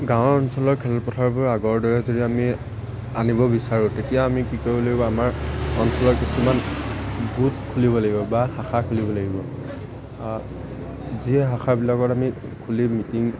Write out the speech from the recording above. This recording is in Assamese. গাঁৱৰ অঞ্চলৰ খেলপথাৰবোৰ আগৰ দৰে যদি আমি আনিব বিচাৰোঁ তেতিয়া আমি কি কৰিব লাগিব আমাৰ অঞ্চলৰ কিছুমান গোট খুলিব লাগিব বা শাখা খুলিব লাগিব যি শাখাবিলাকত আমি খুলি মিটিং